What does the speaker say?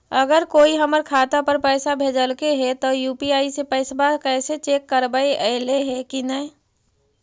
अगर कोइ हमर खाता पर पैसा भेजलके हे त यु.पी.आई से पैसबा कैसे चेक करबइ ऐले हे कि न?